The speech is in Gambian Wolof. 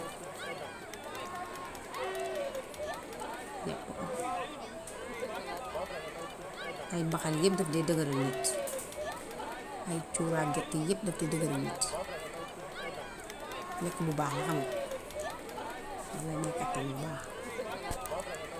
Na ka am. Ay mbaxal yooy yépp daf dee dëgërël nit. Ay cuuraay gerte yépp daf dee dëgërël nit. Lekk bu baax la xam nga. Daf lay may kartan bu baax.